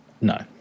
No